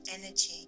energy